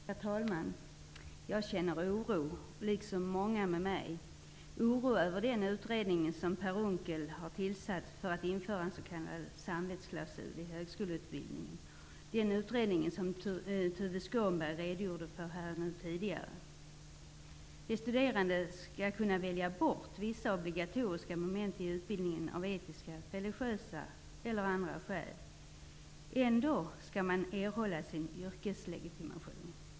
Herr talman! Jag känner oro, liksom många med mig. Jag känner oro över den utredning som Per Unckel har tillsatt för att införa en s.k. samvetsklausul i högskoleutbildningen. Det var den utredningen som Tuve Skånberg redogjorde för här. De studerande skall kunna välja bort vissa obligatoriska moment i utbildningen av etiska, religiösa eller andra skäl. Man skall ändå kunna erhålla sin yrkeslegitimation.